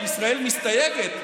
שישראל מסתייגת,